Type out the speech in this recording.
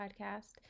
podcast